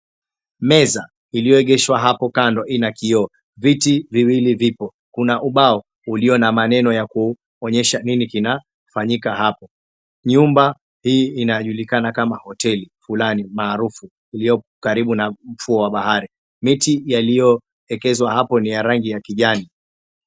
Meza iliyoengeshwa hapo kando ina kioo, viti viwili vipo, kuna ubao ulioa na maneno ya kuonyesha mini kinafanyika apo. Nyumba hii inajulikana kama hoteli flani maarufu iliyoko karibu na ufuo wa bahari. Miti yaliongezwa hapo ni ya rangi ya kijani.